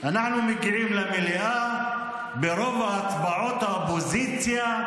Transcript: אנחנו מגיעים למליאה וברוב ההצבעות האופוזיציה,